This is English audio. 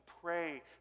pray